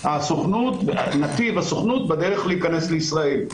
זה נתיב והסוכנות בדרך להיכנס לישראל.